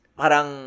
parang